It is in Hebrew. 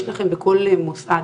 יש לכם בכל מוסד